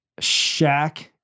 Shaq